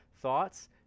thoughts